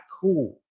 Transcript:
cool